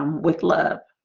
um with love